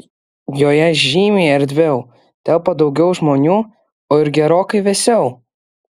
joje žymiai erdviau telpa daugiau žmonių o ir gerokai vėsiau